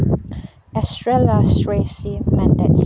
ꯑꯦꯁꯇ꯭ꯔꯦꯂꯥ ꯏꯁꯇ꯭ꯔꯦꯁꯤ ꯃꯦꯟꯇꯦꯁ